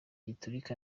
giturika